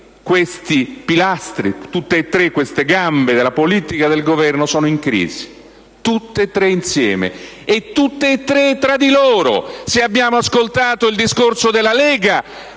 questi pilastri, tutte e tre queste gambe della politica del Governo sono in crisi, tutte e tre insieme, e tutte e tre tra di loro, se abbiamo ascoltato il discorso della Lega